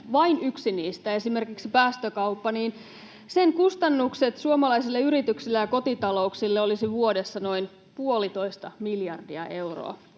vain yhden niistä — eli esimerkiksi päästökaupan kustannukset suomalaisille yrityksille ja kotitalouksille olisivat vuodessa noin puolitoista miljardia euroa.